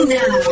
now